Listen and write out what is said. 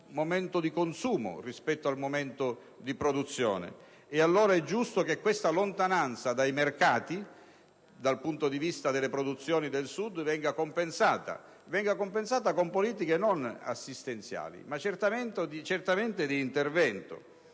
è giusto che questa lontananza dai mercati, dal punto di vista delle produzioni del Sud, venga compensata con politiche non assistenziali, ma di intervento.